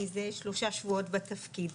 מזה שלושה שבועות בתפקיד.